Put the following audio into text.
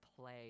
play